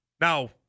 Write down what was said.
Now